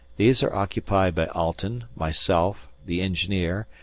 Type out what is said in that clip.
these are occupied by alten, myself, the engineer,